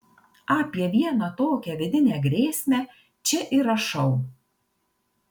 apie vieną tokią vidinę grėsmę čia ir rašau